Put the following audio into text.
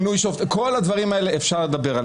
על כל הדברים האלה אפשר לדבר,